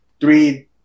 three